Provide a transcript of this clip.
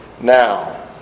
now